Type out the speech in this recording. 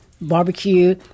barbecue